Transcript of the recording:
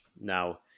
Now